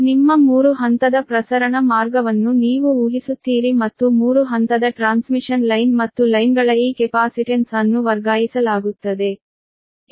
ಆದ್ದರಿಂದ ನಿಮ್ಮ 3 ಹಂತದ ಪ್ರಸರಣ ಮಾರ್ಗವನ್ನು ನೀವು ಊಹಿಸುತ್ತೀರಿ ಮತ್ತು 3 ಹಂತದ ಟ್ರಾನ್ಸ್ಮಿಷನ್ ಲೈನ್ ಮತ್ತು ಲೈನ್ಗಳ ಈ ಕೆಪಾಸಿಟೆನ್ಸ್ ಅನ್ನು ವರ್ಗಾಯಿಸಲಾಗುತ್ತದೆ